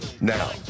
now